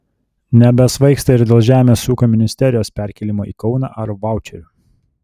nebesvaigsta ir dėl žemės ūkio ministerijos perkėlimo į kauną ar vaučerių